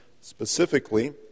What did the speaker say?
specifically